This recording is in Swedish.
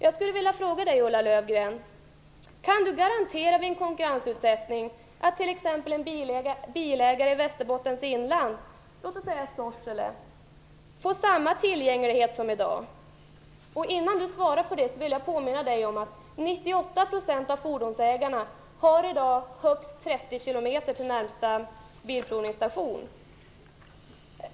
Västerbottens inland, låt oss säga i Sorsele, får samma tillgänglighet som i dag? Jag vill påminna om att 98 % av fordonsägarna i dag har högst 30 km till närmsta bilprovningsstation.